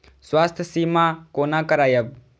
स्वास्थ्य सीमा कोना करायब?